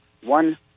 one